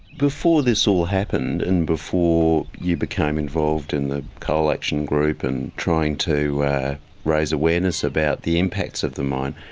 before this all happened and before you became involved in the coal action group and trying to raise awareness about the impacts of the mine,